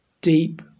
Deep